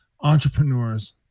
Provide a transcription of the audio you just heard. entrepreneurs